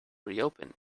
reopen